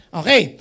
okay